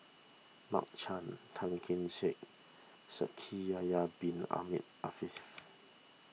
Mark Chan Tan Kee Sek Shaikh Yahya Bin Ahmed Afifi